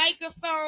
microphone